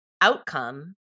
outcome